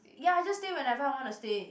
ya just stay whenever I wanna stay